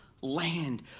land